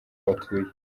batuye